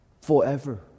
forever